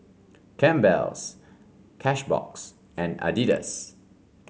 Campbell's Cashbox and Adidas